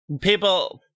People